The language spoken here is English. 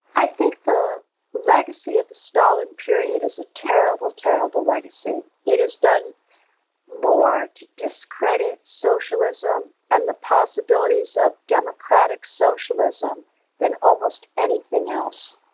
i think the legacy of the stalin period is a terrible, terrible legacy. it has done more to discredit socialism and the possibilities of democratic socialism than almost anything else.